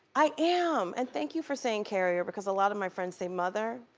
i am! and thank you for saying carrier, because a lot of my friends say mother,